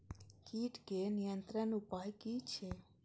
कीटके नियंत्रण उपाय कि छै?